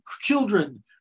children